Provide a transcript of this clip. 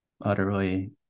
utterly